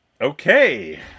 Okay